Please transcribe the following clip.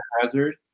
hazard